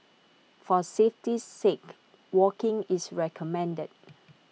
for safety's sake walking is recommended